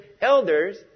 elders